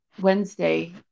Wednesday